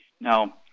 Now